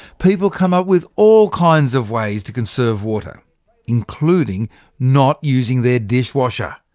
people come up with all kinds of ways to conserve water including not using their dishwasher.